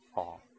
orh